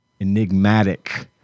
enigmatic